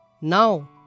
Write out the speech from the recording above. now